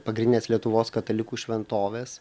pagrindinės lietuvos katalikų šventovės